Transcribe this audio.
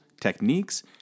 techniques